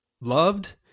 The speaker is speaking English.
loved